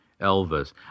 Elvis